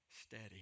steady